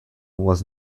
was